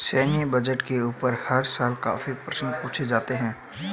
सैन्य बजट के ऊपर हर साल काफी प्रश्न पूछे जाते हैं